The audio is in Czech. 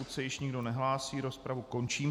Pokud se již nikdo nehlásí, rozpravu končím.